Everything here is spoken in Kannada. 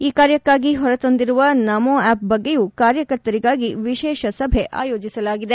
ಈ ಕಾರ್ಯಕ್ಕಾಗಿ ಹೊರತಂದಿರುವ ನಮೋ ಆಪ್ ಬಗ್ಗೆ ಕಾರ್ಯಕರ್ತರಿಗಾಗಿ ವಿಶೇಷ ಸಭೆ ಆಯೋಜಿಸಲಾಗಿದೆ